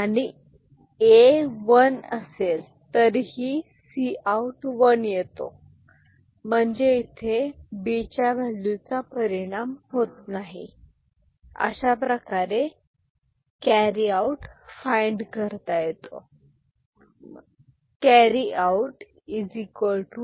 आणि A 1 असेल तरीही Cout वन येतो म्हणजे इथे B च्या व्हॅल्यू चा परिणाम होत नाही अशाप्रकारे कॅरी आउट फाईंड करता येतो Cout A